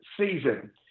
season